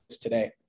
today